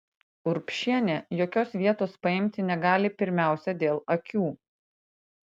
urbšienė jokios vietos paimti negali pirmiausia dėl akių